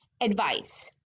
advice